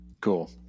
Cool